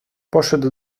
poszedł